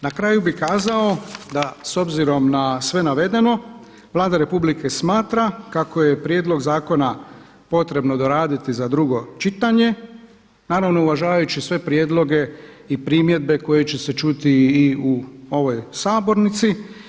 Na kraju bih kazao da s obzirom na sve navedeno Vlada Republike smatra kako je prijedlog zakona potrebno doraditi za drugo čitanje naravno uvažavajući sve prijedloge i primjedbe koje će se čuti i u ovoj sabornici.